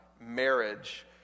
marriage